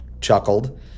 chuckled